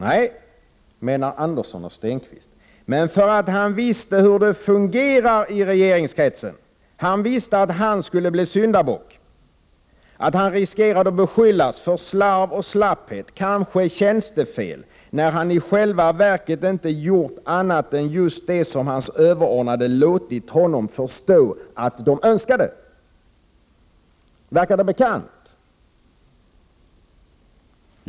Nej, menar Andersson och Stenquist, men för att han visste hur det fungerar i regeringskretsen. Han visste att han skulle bli syndabock, att han riskerade att beskyllas för slarv och slapphet, kanske för tjänstefel, när han i själva verket inte gjort annat än just det som hans överordnade låtit honom förstå att de önskade. Verkar det bekant?